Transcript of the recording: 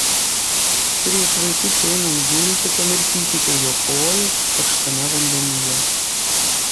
prieš vaikučiui einant gulti pamirkykite jo kojas karštame vandenyje